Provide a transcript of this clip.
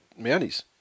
Mounties